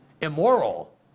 immoral